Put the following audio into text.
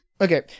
Okay